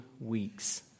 weeks